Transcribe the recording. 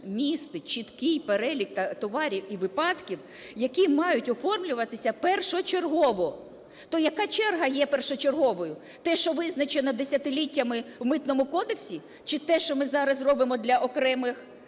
містить чіткий перелік товарів і випадків, які мають оформлюватися першочергово. То яка черга є першочерговою, те, що визначено десятиліттями в Митному кодексі чи те, що ми зараз робимо для окремих